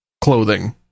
clothing